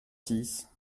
six